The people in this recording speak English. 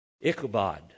Ichabod